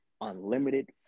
unlimited